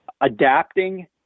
adapting